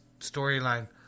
storyline